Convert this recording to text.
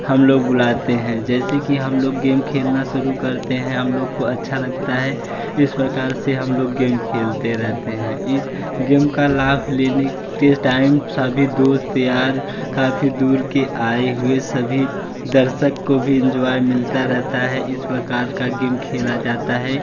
हम लोग बुलाते हैं जैसे कि हम लोग गेम खेलना शुरू करते हैं हम लोग को अच्छा लगता है इस प्रकार से हम लोग गेम खेलते रहते हैं इ गेम का लाभ लेने के टाइम सभी दोस्त यार काफी दूर के आए हुआ सभी दर्शक को भी इंजॉय मिलता रहता है इस प्रकार का गेम खेला जाता है